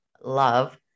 love